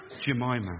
Jemima